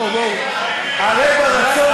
על ההצעה